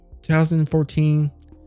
2014